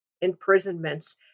imprisonments